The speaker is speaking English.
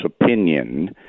opinion